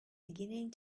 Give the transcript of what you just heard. beginning